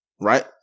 right